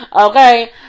Okay